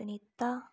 Sunita